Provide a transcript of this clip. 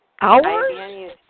Hours